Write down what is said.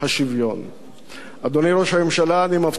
אדוני ראש הממשלה, אני מבטיח לך במעמד הזה,